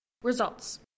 Results